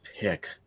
pick